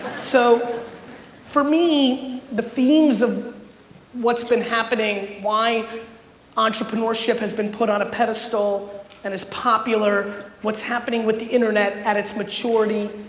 so for me, the themes of what's been happening, why entrepreneurship has been put on a pedestal and is popular, what's happening with the internet at its maturity,